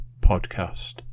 podcast